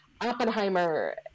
oppenheimer